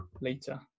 later